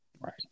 Right